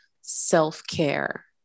self-care